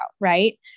right